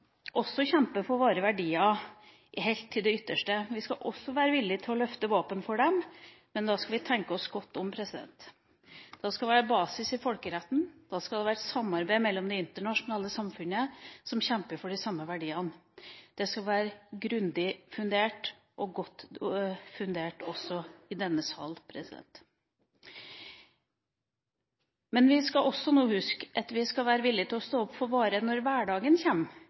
løfte våpen for dem, men da skal vi tenke oss godt om. Da skal det være basis i folkeretten, da skal det være samarbeid i det internasjonale samfunnet som kjemper for de samme verdiene. Det skal være grundig og godt fundert også i denne sal. Vi skal også nå huske at vi skal være villig til å stå opp for våre når hverdagen